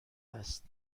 است